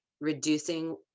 reducing